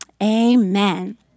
amen